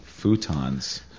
futons